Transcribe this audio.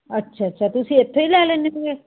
ਅੱਛਾ ਅੱਛਾ ਤੁਸੀਂ ਇੱਥੋਂ ਹੀ ਲੈ ਲੈਂਦੇ ਸੀਗੇ